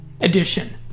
edition